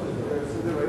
יש שר שמשיב